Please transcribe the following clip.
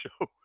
show